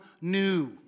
new